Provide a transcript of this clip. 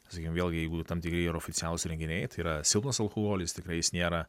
sakykim vėlgi jeigu tam tikri yra oficialūs renginiai tai yra silpnas alkoholis tikrai jis nėra